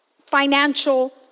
financial